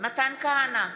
מתן כהנא,